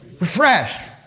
refreshed